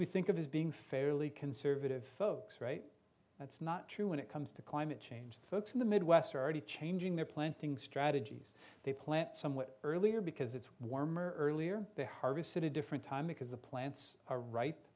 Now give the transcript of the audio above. we think of as being fairly conservative folks right that's not true when it comes to climate change folks in the midwest are already changing their planting strategies they plant somewhat earlier because it's warmer earlier they harvested a different time because the plants are ri